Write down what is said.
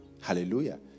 Hallelujah